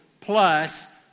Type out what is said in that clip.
plus